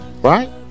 right